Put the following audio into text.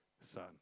Son